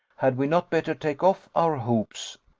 had we not better take off our hoops?